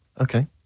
Okay